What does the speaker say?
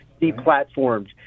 deplatformed